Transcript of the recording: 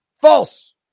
False